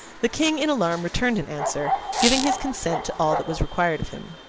the king in alarm returned an answer, giving his consent to all that was required of him.